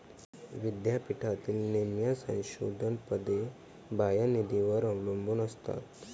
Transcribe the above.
विद्यापीठातील निम्म्या संशोधन पदे बाह्य निधीवर अवलंबून असतात